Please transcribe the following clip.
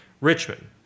Richmond